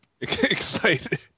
Excited